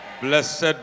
Blessed